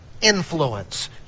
influence